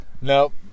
Nope